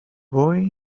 boy